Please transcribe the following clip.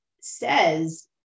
says